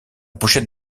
pochette